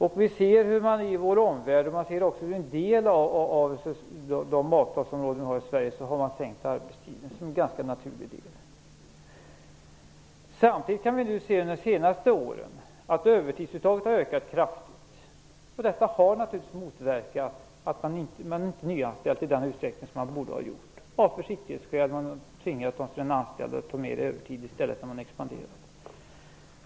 Vi ser också hur man i vår omvärld, och även på en del av de avtalsområden vi har i Sverige, har sänkt arbetstiden som en naturlig del. Samtidigt kan vi se att övertidsuttaget har ökat kraftigt under de senaste åren. Detta har naturligtvis motverkat att man nyanställt i den utsträckning som man borde ha gjort - av försiktighetsskäl har man tvingat sina anställda att ta mera övertid i stället när man expanderat.